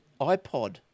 iPod